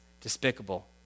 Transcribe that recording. despicable